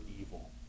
evil